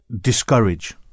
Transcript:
discourage